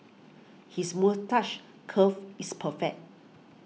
his moustache curl is perfect